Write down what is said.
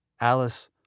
Alice